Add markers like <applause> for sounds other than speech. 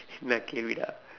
<laughs> என்ன கேள்விடா:ennaa keelvidaa